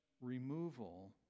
removal